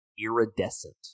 Iridescent